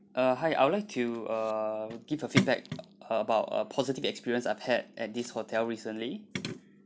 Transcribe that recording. uh hi I would like to uh give a feedback about a positive experience I've had at this hotel recently